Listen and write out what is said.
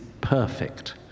perfect